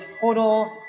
total